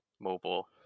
mobile